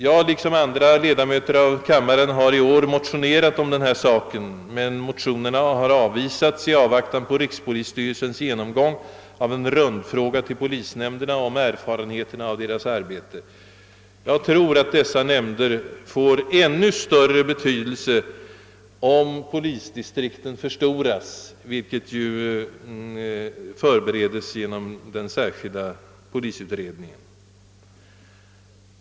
Jag har liksom en del andra ledamöter av denna kammare i år motionerat i denna fråga, men motionerna har avvisats i avvaktan på rikspolisstyrelsens genomgång av en rundfråga till polishämnderna om erfarenheterna av deras arbete. Jag tror att dessa nämnder kommer att få en ännu större betydelse, om polisdistrikten förstoras, vilket ju förberedes inom den särskilda polisutredningen.